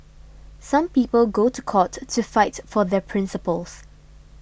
some people go to court to fight for their principles